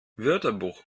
wörterbuch